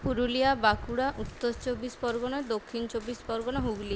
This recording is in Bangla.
পুরুলিয়া বাঁকুড়া উত্তর চব্বিশ পরগনা দক্ষিণ চব্বিশ পরগনা হুগলি